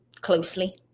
closely